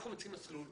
אנחנו מציעים מסלול,